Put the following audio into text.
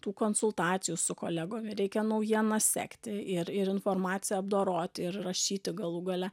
tų konsultacijų su kolegom ir reikia naujienas sekti ir ir informaciją apdoroti ir rašyti galų gale